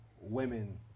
women